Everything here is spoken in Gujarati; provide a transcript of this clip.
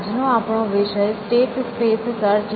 આજનો આપણો વિષય સ્ટેટ સ્પેસ સર્ચ છે